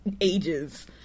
ages